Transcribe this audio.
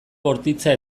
bortitza